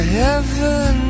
heaven